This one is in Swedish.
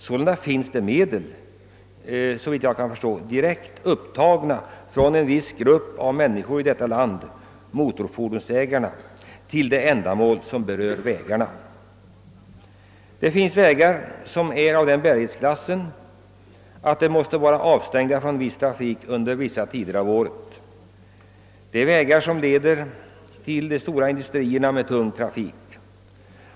Sålunda finns det medel, direkt tagna från en viss grupp människor i detta land — motorfordonsägarna — för vägändamål. Det finns vägar som är av en sådan bärighetsklass att de måste stängas av för viss trafik under delar av året: vägar som leder till stora industrier med tung trafik.